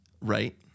Right